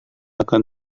akan